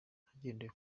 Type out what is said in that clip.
hagendewe